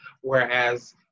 whereas